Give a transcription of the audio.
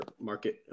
market